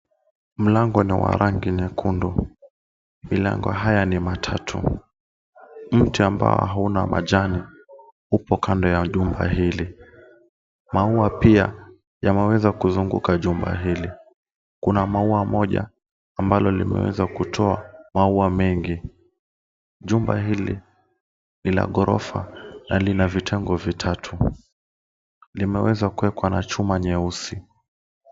Mlango ni wa rangi nyekundu. Milango haya ni matatu. Mti ambao hauna majani upo kando ya nyumba hili. Maua pia yameweza kuzunguka jumba hili. Kuna maua moja ambalo limeweza kutoa maua mengi. Jumba hili ni la ghorofa na lina vitengo vitatu. Limeweza kuwekwa na chuma nyeusi.